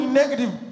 negative